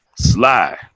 sly